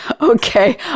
Okay